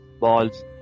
balls